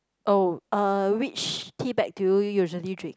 oh uh which tea bag did you usually drink